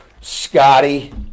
Scotty